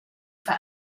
for